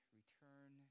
return